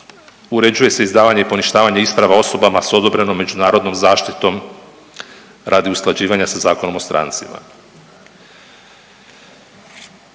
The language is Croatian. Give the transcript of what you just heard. uređuje se izdavanje i poništavanje isprava osobama sa odobrenom međunarodnom zaštitom radi usklađivanja sa Zakonom o strancima.